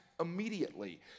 immediately